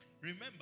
Remember